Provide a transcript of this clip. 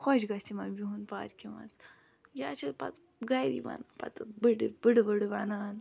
خۄش گژھِ یِمَن بِہُن پارکہِ منٛز یا چھِ پَتہٕ گَرِ یِوا ن پَتہٕ بٔڈِ بٔڈٕ بٔڈٕ وَنان